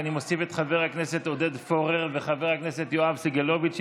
ואני מוסיף את חבר הכנסת עודד פורר וחבר הכנסת יואב סגלוביץ'.